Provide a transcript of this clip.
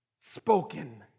spoken